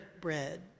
bread